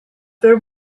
there